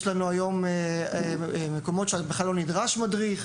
יש היום מקומות שבהם כלל לא נדרש מדריך,